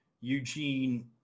Eugene